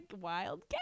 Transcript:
wild